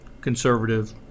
conservative